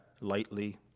lightly